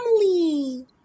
family